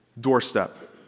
doorstep